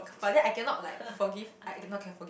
but then I cannot like forgive I I cannot can forgive